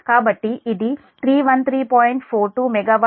42 MWPhase